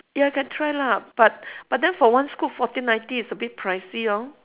ya can try lah but but then for one scoop fourteen ninety it's a bit pricey hor